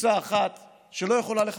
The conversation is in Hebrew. קבוצה אחת שלא יכולה לחכות.